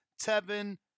Tevin